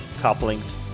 couplings